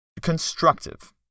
constructive